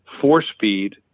four-speed